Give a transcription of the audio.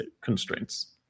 constraints